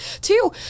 two